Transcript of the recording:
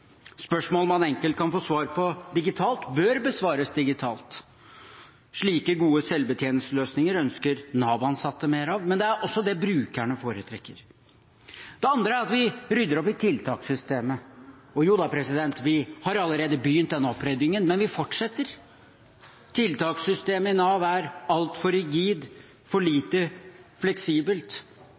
man enkelt kan få svar på digitalt, bør besvares digitalt. Slike gode selvbetjeningsløsninger ønsker Nav-ansatte mer av, men det er også det brukerne foretrekker. Det andre er at vi rydder opp i tiltakssystemet. Joda, vi har allerede begynt den oppryddingen, men vi fortsetter. Tiltakssystemet i Nav er altfor rigid, for lite fleksibelt.